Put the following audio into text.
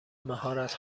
مهارت